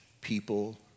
people